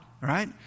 right